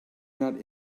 not